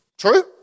True